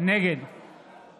נגד